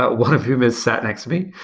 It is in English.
but one of whom is sat next to me.